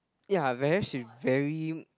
ya but then she very